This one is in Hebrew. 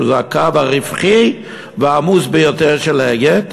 שזה הקו הרווחי והעמוס ביותר של "אגד",